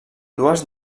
dues